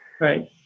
Right